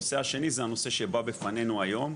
הנושא השני הוא הנושא שבא בפנינו היום,